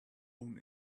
own